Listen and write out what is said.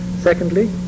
Secondly